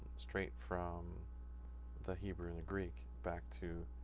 straight from the hebrew and greek back to